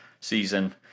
season